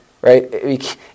right